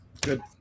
Good